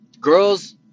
girls